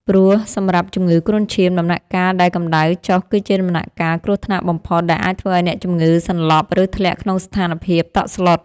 ព្រោះសម្រាប់ជំងឺគ្រុនឈាម ដំណាក់កាលដែលកម្ដៅចុះគឺជាដំណាក់កាលគ្រោះថ្នាក់បំផុតដែលអាចធ្វើឱ្យអ្នកជំងឺសន្លប់ ឬធ្លាក់ក្នុងស្ថានភាពតក់ស្លុត។